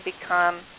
become